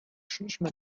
szliśmy